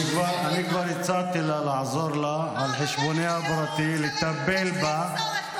אני כבר הצעתי לעזור לה, לטפל בה על חשבוני הפרטי.